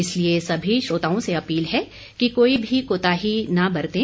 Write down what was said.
इसलिए सभी श्रोताओं से अपील है कि कोई भी कोताही न बरतें